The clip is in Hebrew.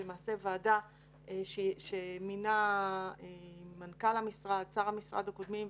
שהיא למעשה ועדה שמינה מנכ"ל המשרד ושר המשרד הקודמים,